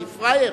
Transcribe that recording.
אני פראייר,